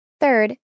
Third